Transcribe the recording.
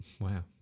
Wow